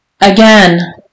Again